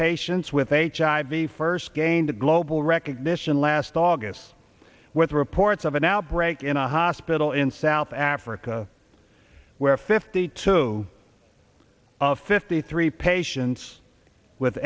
patients with h i v first gained a global recognition last august with reports of an outbreak in a hospital in south africa where fifty two of fifty three patients with